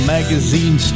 Magazine